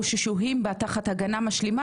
או ששוהים תחת הגנה משלימה,